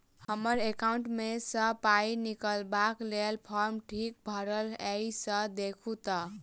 हम्मर एकाउंट मे सऽ पाई निकालबाक लेल फार्म ठीक भरल येई सँ देखू तऽ?